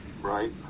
Right